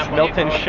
milton